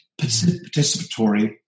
participatory